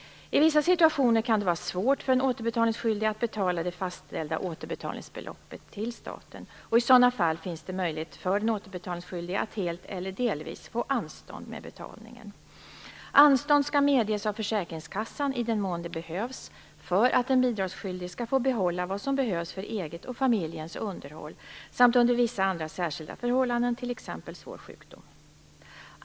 I vissa situationer kan det vara svårt för en återbetalningsskyldig att betala det fastställda återbetalningsbeloppet till staten. I sådana fall finns det möjlighet för den återbetalningsskyldige att helt eller delvis få anstånd med betalningen. Anstånd skall medges av försäkringskassan i den mån det behövs för att den bidragsskyldige skall få behålla vad som behövs för eget och familjens underhåll samt under vissa andra särskilda förhållanden, t.ex. svår sjukdom.